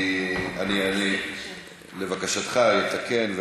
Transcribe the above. אני, לבקשתך, אתקן.